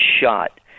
shot